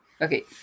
Okay